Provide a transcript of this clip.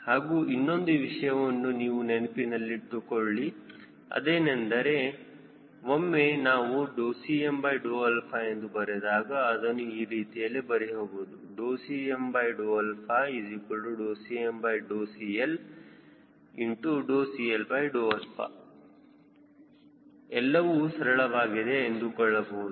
ಹಾಗೂ ಇನ್ನೊಂದು ವಿಷಯವನ್ನು ನೀವು ನೆನಪಿಟ್ಟುಕೊಳ್ಳಿ ಏನೆಂದರೆ ಒಮ್ಮೆ ನಾನು Cm ಎಂದು ಬರೆದಾಗ ಅದನ್ನು ಈ ರೀತಿಯಲ್ಲಿ ಬರೆಯಬಹುದು CmCmCLCL ಎಲ್ಲವೂ ಸರಳವಾಗಿದೆ ಎಂದುಕೊಳ್ಳಬಹುದು